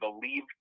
believe